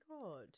god